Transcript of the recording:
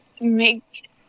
make